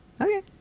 okay